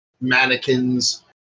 mannequins